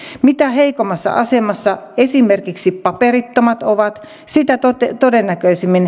mitä heikommassa asemassa esimerkiksi paperittomat ovat sitä todennäköisemmin